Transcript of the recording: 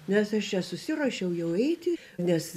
nes aš čia susiruošiau jau eiti nes